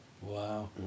wow